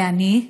ואני?